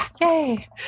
Yay